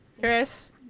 chris